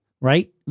Right